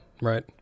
right